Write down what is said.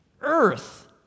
earth